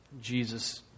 Jesus